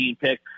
pick